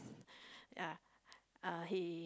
ya uh he